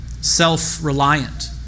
self-reliant